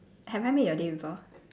have I made your day before